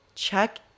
Check